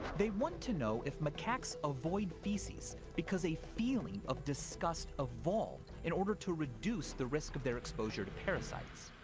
they want to know if macaques avoid feces because a feeling of disgust evolved in order to reduce the risk of their exposure to parasites.